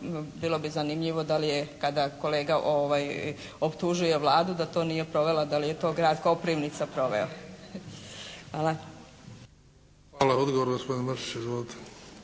bilo bi zanimljivo da li je kada kolega optužuje Vladu da to nije provela, da li je to Grad Koprivnica proveo? Hvala. **Bebić, Luka (HDZ)** Hvala. Odgovor, gospodin Mršić. Izvolite.